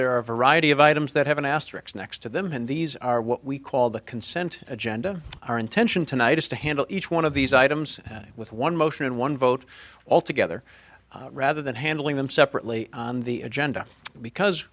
there are a variety of items that have an asterisk next to them and these are what we call the consent agenda our intention tonight is to handle each one of these items with one motion and one vote all together rather than handling them separately on the agenda because